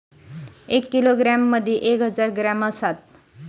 एक किलोग्रॅम मदि एक हजार ग्रॅम असात